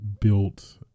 built